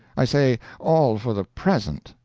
i say, all for the present.